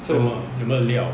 so 有没有料